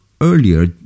earlier